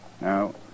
Now